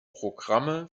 programme